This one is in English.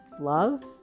love